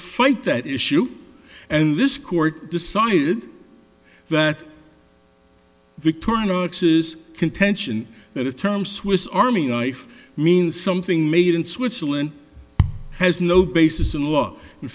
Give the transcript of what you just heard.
fight that issue and this court decided that victoria x s contention that the term swiss army knife means something made in switzerland has no basis in law in